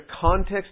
context